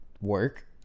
work